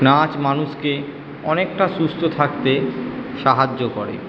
নাচ মানুষকে অনেকটা সুস্থ থাকতে সাহায্য় করে